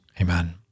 Amen